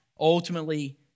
ultimately